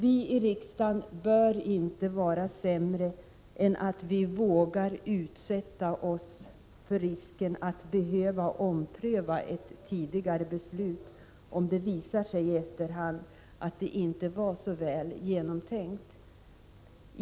Vi i riksdagen bör inte vara sämre än att vi vågar utsätta oss för risken att ompröva ett tidigare beslut, om det i efterhand visar sig att det inte var så väl genomtänkt.